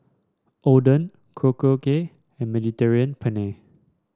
Oden Korokke and Mediterranean Penne